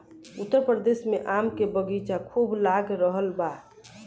उत्तर प्रदेश में आम के बगीचा खूब लाग रहल बा